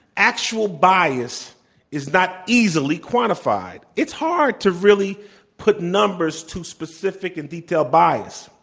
actual bias is not easily quantified. it's hard to really put numbers to specific and detailed bias.